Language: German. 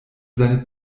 seine